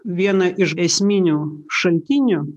vieną iš esminių šaltiniu